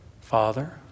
Father